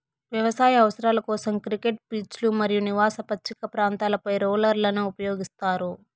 వ్యవసాయ అవసరాల కోసం, క్రికెట్ పిచ్లు మరియు నివాస పచ్చిక ప్రాంతాలపై రోలర్లను ఉపయోగిస్తారు